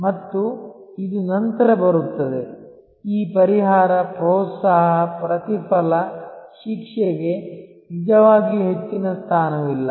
ಮತ್ತು ಇದು ನಂತರ ಬರುತ್ತದೆ ಈ ಪರಿಹಾರ ಪ್ರೋತ್ಸಾಹ ಪ್ರತಿಫಲ ಶಿಕ್ಷೆಗೆ ನಿಜವಾಗಿಯೂ ಹೆಚ್ಚಿನ ಸ್ಥಾನವಿಲ್ಲ